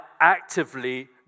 actively